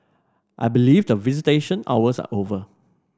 I believe the visitation hours are over